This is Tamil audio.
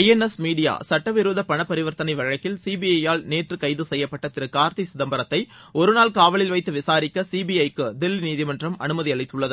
ஐஎன்ஸ் மீடியா சுட்டவிரோத பணப்பரிவர்த்தனை வழக்கில் சிபிஐயால் நேற்று கைது செய்யப்பட்ட திரு கார்த்தி சிதம்பரத்தை ஒருநாள் காவலில் வைத்து விளரிக்க சிபிஐக்கு தில்லி நீதிமன்றம் அனுமதி அளித்தள்ளது